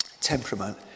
temperament